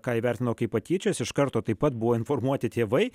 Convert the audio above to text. ką įvertino kaip patyčias iš karto taip pat buvo informuoti tėvai